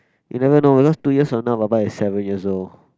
you will never know because two years from now baba is seven years old